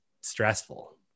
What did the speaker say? stressful